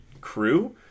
crew